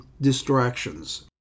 distractions